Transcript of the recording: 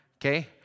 Okay